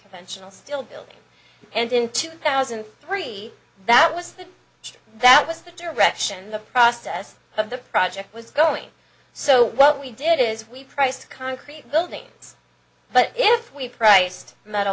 conventional still building and in two thousand and three that was the that was the direction the process of the project was going so what we did is we priced a concrete building but if we priced the metal